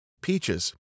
Peaches